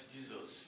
Jesus